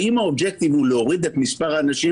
האם ה-objective הוא להוריד את מספר האנשים